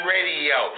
Radio